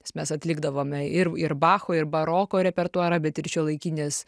nes mes atlikdavome ir ir bacho ir baroko repertuarą bet ir šiuolaikines